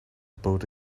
boat